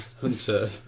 Hunter